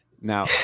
Now